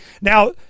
Now